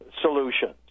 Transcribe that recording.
solutions